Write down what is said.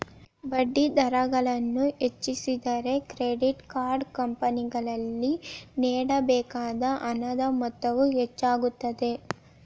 ಬಡ್ಡಿದರಗಳನ್ನು ಹೆಚ್ಚಿಸಿದರೆ, credit card ಕಂಪನಿಗಳಿಗೆ ನೇಡಬೇಕಾದ ಹಣದ ಮೊತ್ತವು ಹೆಚ್ಚಾಗುತ್ತದೆ